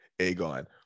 Aegon